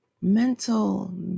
mental